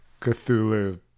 Cthulhu